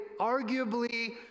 arguably